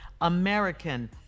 American